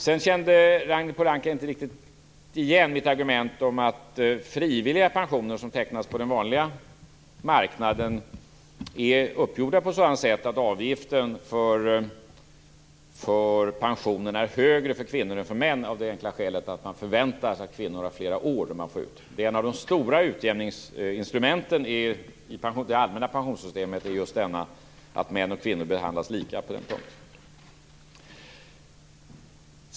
Ragnhild Pohanka kände inte riktigt igen mitt argument om att frivilliga pensioner som tecknas på den vanliga marknaden är uppgjorda på sådant sätt att avgiften för pensionerna är högre för kvinnor än för män av det enkla skälet att man förväntar sig att kvinnor får ut sin pension under fler år. Ett av de stora utjämningsinstrumenten i det allmänna pensionssystemet är just att män och kvinnor behandlas lika på den punkten.